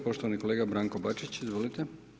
Poštovani kolega Branko Bačić, izvolite.